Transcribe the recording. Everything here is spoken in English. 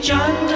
John